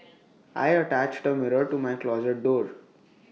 I attached the mirror to my closet door